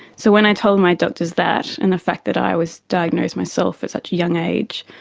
so when i told my doctors that and the fact that i was diagnosed myself at such a young age,